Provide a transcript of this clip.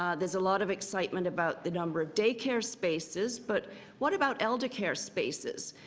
ah there's a lot of excitement about the number of daycare spaces, but what about elder care spaces?